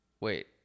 Wait